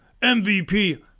MVP